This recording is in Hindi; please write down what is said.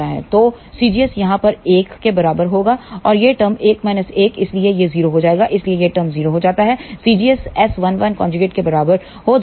तो cgs यहाँ पर 1 के बराबर होगा और यह टर्म 1 1 है इसलिए यह 0 हो जाएगा इसलिए यह टर्म 0 हो जाता है cgsS11 के बराबर हो जाता है